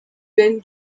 then